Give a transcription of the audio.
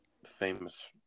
famous